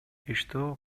иштөө